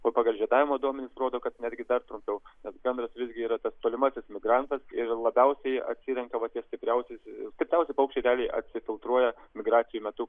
pagal žiedavimo duomenis rodo kad netgi dar trumpiau nes gandras visgi yra tas tolimasis migrantas ir labiausiai atsirenka vat tie stipriausi stipriausi paukščiai dar atsifiltruoja migracijų metu